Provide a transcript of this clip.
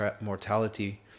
mortality